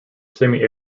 semi